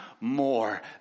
more